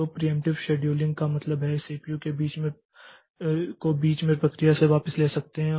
तो preemptive scheduling का मतलब है कि आप सीपीयू को बीच में प्रक्रिया से वापस ले सकते हैं